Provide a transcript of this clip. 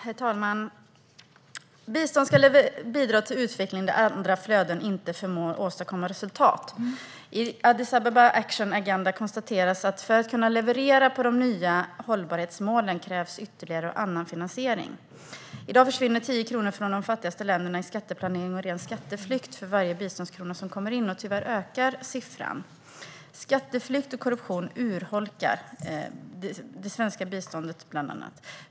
Herr talman! Bistånd ska bidra till utveckling där andra flöden inte förmår att åstadkomma resultat. I Addis Ababa Action Agenda konstateras att för att kunna leverera i fråga om de nya hållbarhetsmålen krävs ytterligare och annan finansiering. I dag försvinner 10 kronor från de fattigaste länderna i skatteplanering och ren skatteflykt för varje biståndskrona som kommer in, och tyvärr ökar siffran. Skatteflykt och korruption urholkar bland annat det svenska biståndet.